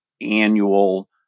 annual